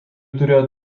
turėjo